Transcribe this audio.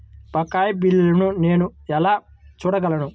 బకాయి బిల్లును నేను ఎలా చూడగలను?